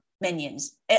minions